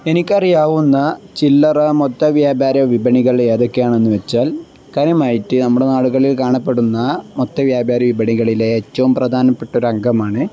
എനിക്ക് അറി യാവുന്ന ചില്ലറ മൊത്ത വ്യാപാര വിപണികൾ ഏതൊക്കെയണെന്ന് വച്ചാൽ കാര്യമായിട്ട് നാടുകളിൽ കാണപ്പെടുന്ന മൊത്ത വ്യാപാര വിപണികളിലെ ഏറ്റവുംം പ്രധാനപ്പെട്ട ഒരു അംഗമാണ്